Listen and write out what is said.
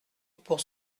pour